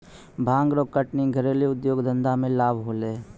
भांग रो कटनी घरेलू उद्यौग धंधा मे लाभ होलै